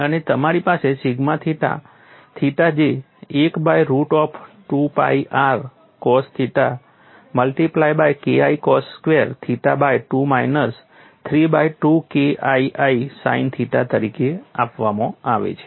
અને મારી પાસે સિગ્મા થીટા થીટા જે 1 by root of 2pi r cos theta multiply by KI cos square theta by 2 minus 3 by 2 KII sine theta તરીકે આપવામાં આવે છે